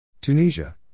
Tunisia